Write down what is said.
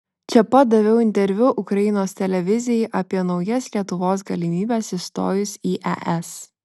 čia pat daviau interviu ukrainos televizijai apie naujas lietuvos galimybes įstojus į es